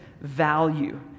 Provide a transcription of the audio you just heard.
value